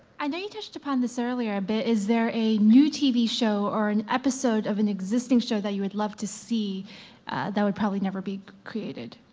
and you touched upon this earlier, but is there a new tv show or an episode of an existing show that you would love to see that would probably never be created?